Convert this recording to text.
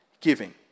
Giving